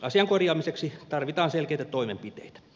asian korjaamiseksi tarvitaan selkeitä toimenpiteitä